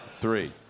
three